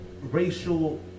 racial